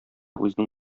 үзенең